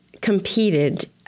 competed